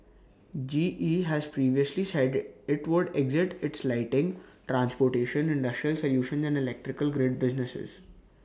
G E has previously said IT would exit its lighting transportation industrial solutions and electrical grid businesses